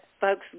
folks